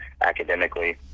academically